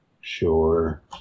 sure